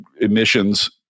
emissions